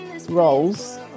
roles